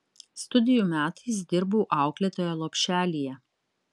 studijų metais dirbau auklėtoja lopšelyje